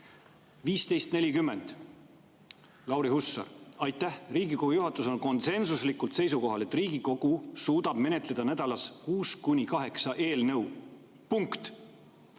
15.40, Lauri Hussar: "Aitäh! Riigikogu juhatus on konsensuslikult seisukohal, et Riigikogu suudab menetleda nädalas kuus kuni kaheksa eelnõu." Punkt.